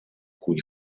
cui